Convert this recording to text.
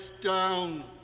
down